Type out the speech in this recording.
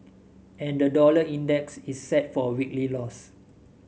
and the dollar index is set for a weekly loss